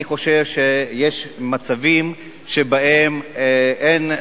אני חושב שיש מצבים שבהם אין,